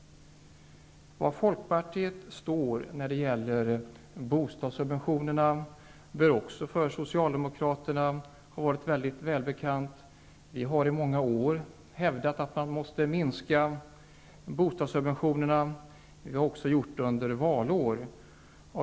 Var folkpartiet står när det gäller bostadssubventionerna bör också för socialdemokraterna ha varit välbekant. Vi har i många år hävdat att man måste minska bostadssubventionerna. Vi har gjort det också under valår.